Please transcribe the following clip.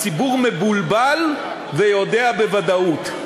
הציבור מבולבל ויודע בוודאות.